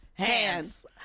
hands